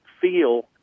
feel